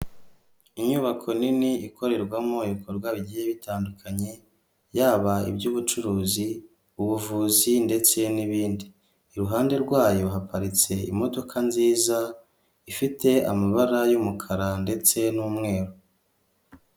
Inyubako nini ikorerwamo ibikorwa bigiye bitandukanye yaba iby'ubucuruzi, ubuvuzi ndetse n'ibindi iruhande rwayo haparitse imodoka nziza ifite amabara y'umukara ndetse n'umweru.